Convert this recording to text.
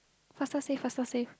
faster save faster save